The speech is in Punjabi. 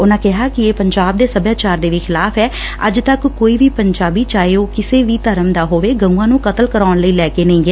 ਉਨੂਂ ਕਿਹਾ ਕਿ ਇਹ ਪੰਜਾਬ ਦੇ ਸਭਿਆਚਾਰ ਦੇ ਵੀ ਖਿਲਾਫ਼ ਐ ਅੱਜ ਤਕ ਕੋਈ ਵੀ ਪੰਜਾਬੀ ਚਾਹੇ ਉਹ ਕਿਸੇ ਵੀ ਧਰਮ ਦਾ ਹੋਵੇ ਗਉਆਂ ਨੂੰ ਕਤਲ ਕਰਾਉਣ ਲਈ ਲੈ ਕੇ ਨਹੀਂ ਗਿਆ